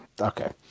Okay